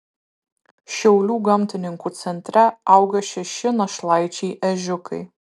šiaulių gamtininkų centre auga šeši našlaičiai ežiukai